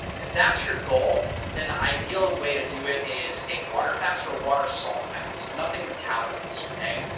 if that's your goal, then the ideal way to do it is a water fast or water salt fast, nothing with calories, okay?